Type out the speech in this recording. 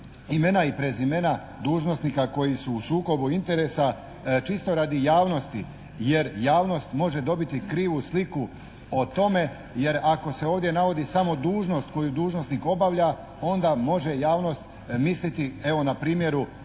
imena i prezimena dužnosnika koji su u sukobu interesa čisto radi javnosti jer javnost može dobiti krivu sliku o tome, jer ako se ovdje navodi samo dužnost koju dužnosnik obavlja, onda može javnost misliti evo na primjeru